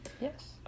Yes